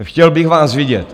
Chtěl bych vás vidět.